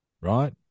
right